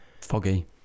Foggy